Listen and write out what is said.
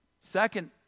Second